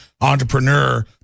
entrepreneur